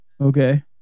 Okay